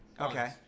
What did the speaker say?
Okay